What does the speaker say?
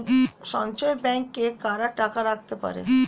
সঞ্চয় ব্যাংকে কারা টাকা রাখতে পারে?